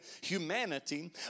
humanity